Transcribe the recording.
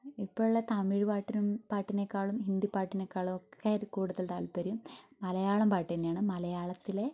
ഇപ്പോഴുള്ള തമിഴ് പാട്ടിനും പാട്ടിനെക്കാളും ഹിന്ദി പാട്ടിനേക്കാളൊക്കെ ഒരു കൂടുതൽ താല്പര്യം മലയാളം പാട്ടു തന്നെയാണ് മലയാളത്തിലെ